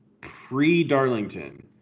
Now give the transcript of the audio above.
pre-Darlington